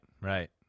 right